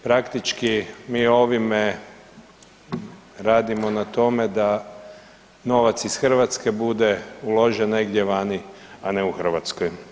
Praktički mi ovime radimo na tome da novac iz Hrvatske bude uložen negdje vani, a ne u Hrvatskoj.